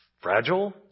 Fragile